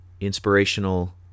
inspirational